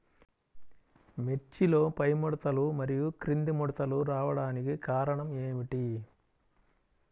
మిర్చిలో పైముడతలు మరియు క్రింది ముడతలు రావడానికి కారణం ఏమిటి?